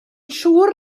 siŵr